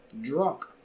drunk